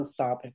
nonstop